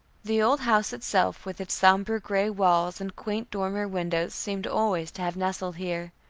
the old house itself with its somber gray walls and quaint dormer windows seemed always to have nestled here.